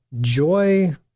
joy